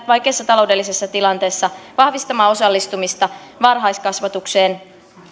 vaikeassa taloudellisessa tilanteessa vahvistamaan osallistumista varhaiskasvatukseen